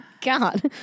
God